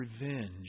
revenge